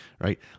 right